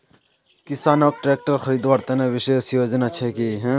किसानोक ट्रेक्टर खरीदवार तने विशेष योजना छे कि?